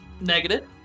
Negative